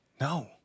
No